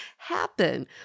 happen